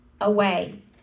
away